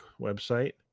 website